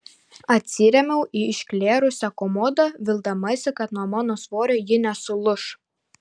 atsirėmiau į išklerusią komodą vildamasi kad nuo mano svorio ji nesulūš